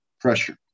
pressure